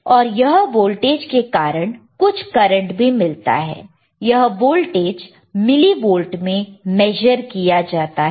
और यह वोल्टेज के कारण कुछ करंट भी मिलता है यह वोल्टेज मिलीवोल्ट में मैशर किया जाता है